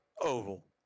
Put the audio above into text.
Oval